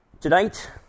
Tonight